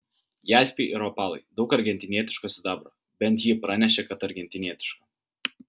jaspiai ir opalai daug argentinietiško sidabro bent ji pranešė kad argentinietiško